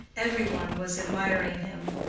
every one was admiring him.